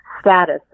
status